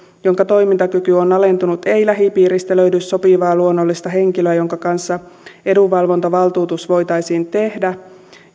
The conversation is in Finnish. jonka toimintakyky on alentunut ei lähipiiristä löydy sopivaa luonnollista henkilöä jonka kanssa edunvalvontavaltuutus voitaisiin tehdä